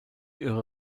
ihre